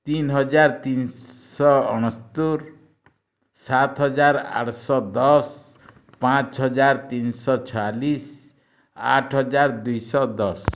ତିନ୍ ହଜାର ତିନଶ ଅଣସ୍ତୁର୍ ସାତ ହଜାର ଆଡ଼ଶ ଦଶ ପାଞ୍ଚ ହଜାର ତିନ୍ଶ ଛୟାଲିଶ୍ ଆଠ ହଜାର ଦୁଇଶ ଦଶ